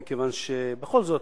מכיוון שבכל זאת,